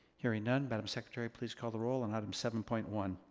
hearing none. madame secretary, please call the roll on item seven point one.